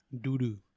doo-doo